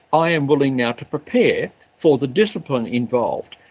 i am willing now to prepare for the discipline involved.